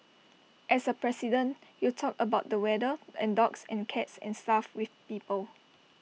as A president you talk about the weather and dogs and cats and stuff with people